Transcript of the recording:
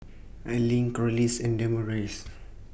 Arlyn Corliss and Damaris